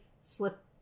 slip